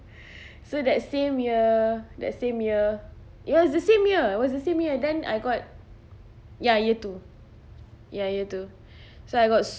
so that same year that same year it was the same year I was the same year and then I got ya year two ya year two so I got